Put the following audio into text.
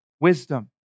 Wisdom